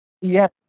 Yes